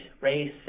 race